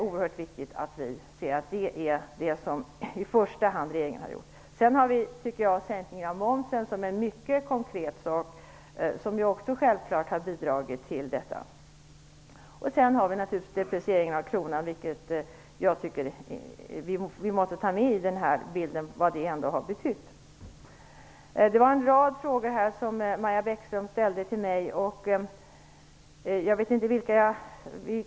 Detta som regeringen i första hand har gjort ser jag som oerhört viktigt. Sänkningen av momsen är en mycket konkret åtgärd, som självklart också har bidragit. Vi måste i den här bilden också ta med den inverkan som deprecieringen av kronan har haft. Maja Bäckström ställde en rad frågor till mig.